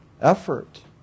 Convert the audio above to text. effort